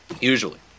Usually